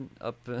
up